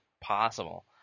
possible